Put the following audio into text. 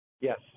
Yes